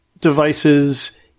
devices